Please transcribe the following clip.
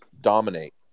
dominate